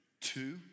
two